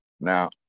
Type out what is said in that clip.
Now